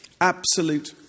Absolute